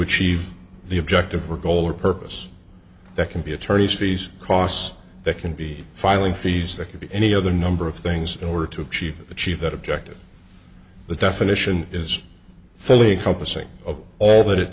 achieve the objective or goal or purpose that can be attorneys fees costs that can be filing fees that could be any other number of things in order to achieve achieve that objective the definition is fully compassing of all that it